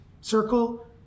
circle